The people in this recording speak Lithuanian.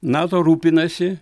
nato rūpinasi